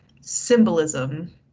symbolism